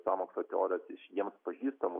sąmokslo teorijas iš jiems pažįstamų